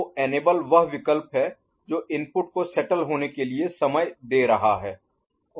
तो इनेबल वह विकल्प है जो इनपुट को सेटल होने के लिए समय दे रहा है